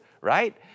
right